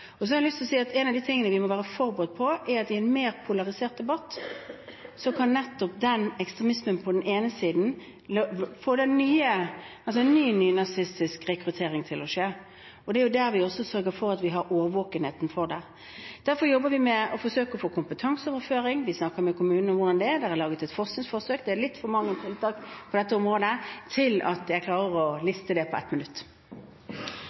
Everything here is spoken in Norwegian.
Så har jeg lyst til å si at noe av det vi må være forberedt på, er at i en mer polarisert debatt kan nettopp denne ekstremismen på den ene siden få ny nynazistisk rekruttering til å skje. Vi sørger også for at vi har årvåkenhet for det. Derfor jobber vi med å forsøke å få til kompetanseoverføring, og vi snakker med kommunene om hvordan det er. Det er også laget et forskningsforsøk. – Det er litt for mange tiltak på dette området til at jeg klarer å liste dem opp på ett minutt.